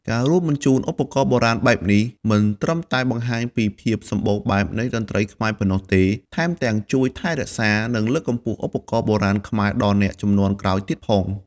ការរួមបញ្ចូលឧបករណ៍បុរាណបែបនេះ មិនត្រឹមតែបង្ហាញពីភាពសម្បូរបែបនៃតន្ត្រីខ្មែរប៉ុណ្ណោះទេ ថែមទាំងជួយថែរក្សា និងលើកកម្ពស់ឧបករណ៍បុរាណខ្មែរដល់អ្នកជំនាន់ក្រោយទៀតផង។